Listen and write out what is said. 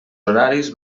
horaris